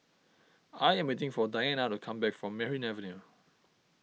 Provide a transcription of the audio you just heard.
I am waiting for Dianna to come back from Merryn Avenue